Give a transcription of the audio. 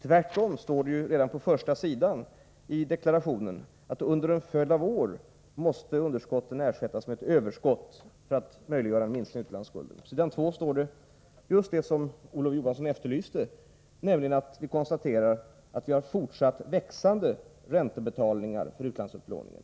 Tvärtom står det ju redan på första sidan i deklarationen att underskotten under en följd av år måste ersättas med överskott för att en minskning av utlandsskulden skall bli möjlig. På nästa sida i deklarationen står just det som Olof Johansson efterlyste. Där konstateras nämligen att vi har fortsatt växande räntebetalningar för utlandsupplåningen.